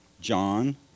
John